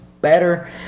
better